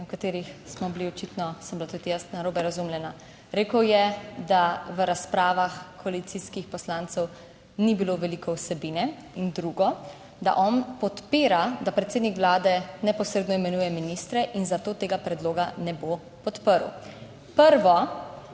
o katerih smo bili, očitno sem bila tudi jaz narobe razumljena. Rekel je, da v razpravah koalicijskih poslancev ni bilo veliko vsebine, in drugo, da on podpira, da predsednik vlade neposredno imenuje ministre in zato tega predloga ne bo podprl. Prvo,